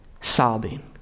sobbing